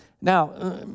Now